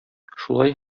шулай